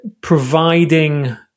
providing